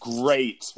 Great